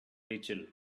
rachel